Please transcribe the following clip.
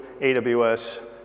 AWS